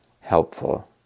helpful